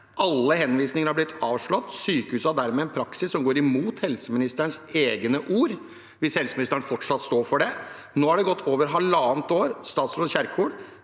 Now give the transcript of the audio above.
Alle henvisninger har blitt avslått. Sykehuset har dermed en praksis som går imot helseministerens egne ord, hvis helseministeren fortsatt står for det. Nå har det gått over halvannet år. For statsråd Kjerkol